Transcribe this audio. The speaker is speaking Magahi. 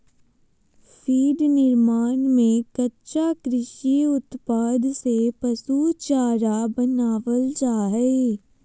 फीड निर्माण में कच्चा कृषि उत्पाद से पशु चारा बनावल जा हइ